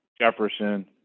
Jefferson